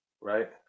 right